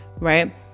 right